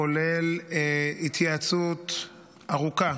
כולל התייעצות ארוכה